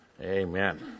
Amen